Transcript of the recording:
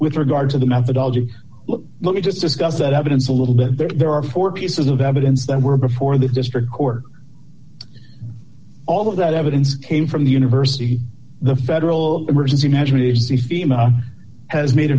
with regard to the methodology let me just discuss that evidence a little bit there are four pieces of evidence that were before the district court all of that evidence came from the university the federal emergency management agency fema has made